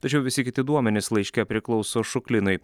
tačiau visi kiti duomenys laiške priklauso šuklinui